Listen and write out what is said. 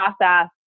process